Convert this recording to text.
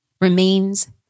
remains